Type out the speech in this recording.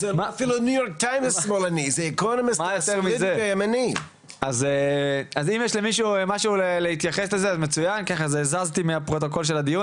אז אם יש למישהו משהו להתייחס לזה, נשמח לשמוע.